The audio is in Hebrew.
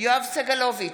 יואב סגלוביץ'